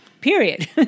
Period